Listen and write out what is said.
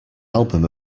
album